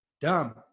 Dumb